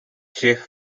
jeff